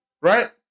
right